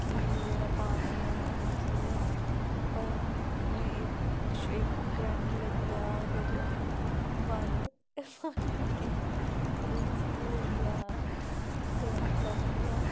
कि जेह्ड़ा पानी ऐ ओह् निकली आ पर इक इक करंट लग्गी जाह्ग करी बंद करी दित्ती ते उसी होइया करंट लग्गी आ